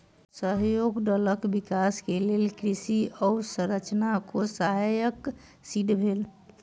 सहयोग दलक विकास के लेल कृषि अवसंरचना कोष सहायक सिद्ध भेल